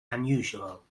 unusual